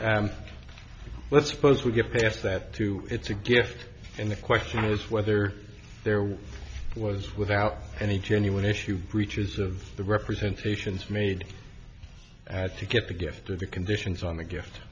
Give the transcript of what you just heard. that let's suppose we get past that too it's a gift and the question is whether there was without any genuine issue breaches of the representation made to get the gift of the conditions on the gift